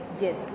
Yes